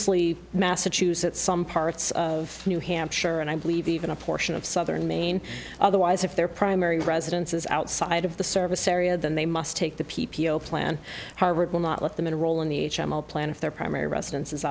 y massachusetts some parts of new hampshire and i believe even a portion of southern maine otherwise if their primary residence is outside of the service area then they must take the p p o plan harvard will not let them enroll in the h m o plan if their primary residence is